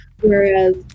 whereas